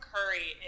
Curry